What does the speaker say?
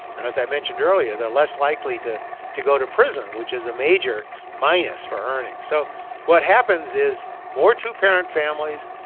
and as i mentioned earlier, they're less likely to to go to prison, which is a major minus for earnings so what happens is more two-parent families,